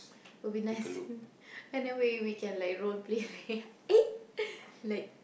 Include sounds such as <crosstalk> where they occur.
will be nice <laughs> by the way we can like role play like eh <laughs> like